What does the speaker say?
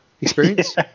experience